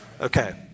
Okay